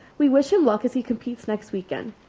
we wish him luck as he competes next weekend.